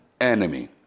enemy